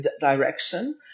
direction